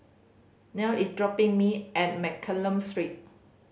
Nell is dropping me at Mccallum Street